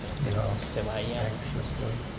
he asked anxiously.